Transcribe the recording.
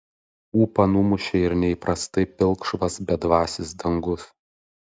ūpą numušė ir neįprastai pilkšvas bedvasis dangus